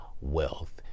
wealth